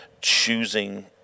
choosing